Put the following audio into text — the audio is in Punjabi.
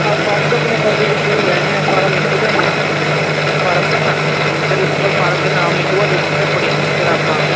ਆ ਬਸ ਆਪਣੇ ਫਰਵਰੀ ਤੋਂ ਸ਼ੁਰੂ ਹੋ ਜਾਣੇ ਆ ਫਾਰਮ ਨਿਕਲ ਜਾਣੇ ਆ ਫਾਰਮ ਭਰਨਾ ਫਿਰ ਉਸ ਤੋਂ ਬਾਅਦ ਫਾਰਮ 'ਤੇ ਨਾਮ ਨਿਕਲੂਗਾ ਲਿਸਟ 'ਚ ਆਪਣੀ ਫਿਰ ਆਪਾਂ